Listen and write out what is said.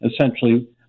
essentially